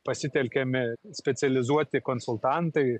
pasitelkiami specializuoti konsultantai